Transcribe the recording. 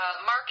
mark